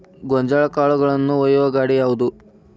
ಗೋಂಜಾಳ ಕಾಳುಗಳನ್ನು ಒಯ್ಯುವ ಗಾಡಿ ಯಾವದು?